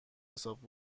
حساب